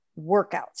workouts